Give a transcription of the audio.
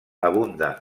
abunda